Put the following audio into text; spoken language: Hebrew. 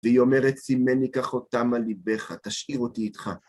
והיא אומרת, שימני כחותם על ליבך, תשאיר אותי איתך.